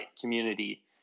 community